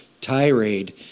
tirade